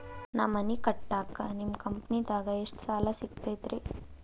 ನಾ ಮನಿ ಕಟ್ಟಾಕ ನಿಮ್ಮ ಕಂಪನಿದಾಗ ಎಷ್ಟ ಸಾಲ ಸಿಗತೈತ್ರಿ?